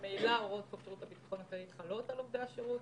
ממילא הוראות שירות הביטחון הכללי חלות על עובדי השירות,